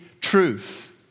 truth